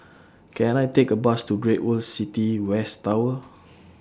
Can I Take A Bus to Great World City West Tower